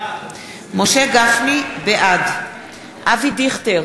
בעד אבי דיכטר,